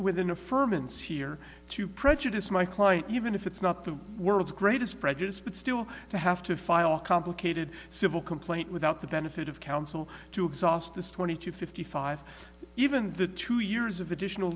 says here to prejudice my client even if it's not the world's greatest prejudice but still to have to file complicated civil complaint without the benefit of counsel to exhaust this twenty to fifty five even the two years of additional